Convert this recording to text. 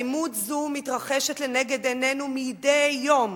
אלימות זו מתרחשת לנגד עינינו מדי יום